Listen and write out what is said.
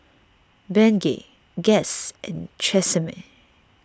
Bengay Guess and Tresemme